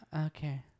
Okay